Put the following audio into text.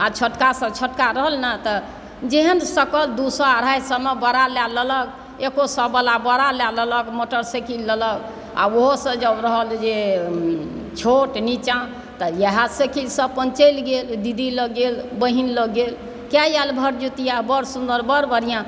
आ छोटकासँ छोटका रहल ने तऽ जेहन सकल दू सए अढ़ाइ सएमे बड़ा लए लेलक एको सएवला बड़ा लए लेलक मोटरसाइकिल लेलक आ ओहोसँ जँ रहल जे छोट नीचाँ तऽ इएह साइकिलसँ अपन चलि गेल दीदी लग गेल बहीन लग गेल कए आयल भरदुतिया बड़ सुन्नर बड़ बढ़िआँ